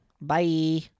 Bye